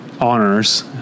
Honors